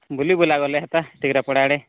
ବୁଲି ବୁଲା ଗଲେ ହୁଅନ୍ତା ଟୀକାର ପଡ଼ା ଆଡ଼େ